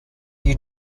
you